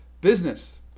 business